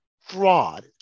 fraud